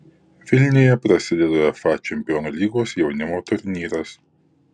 vilniuje prasideda uefa čempionų lygos jaunimo turnyras